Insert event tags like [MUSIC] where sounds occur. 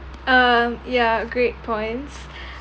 um yeah great points [BREATH]